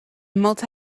multi